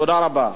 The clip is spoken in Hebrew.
תודה רבה.